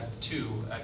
Two